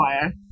wire